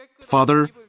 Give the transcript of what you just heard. Father